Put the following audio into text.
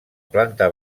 planta